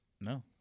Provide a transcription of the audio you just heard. No